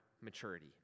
maturity